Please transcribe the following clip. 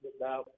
now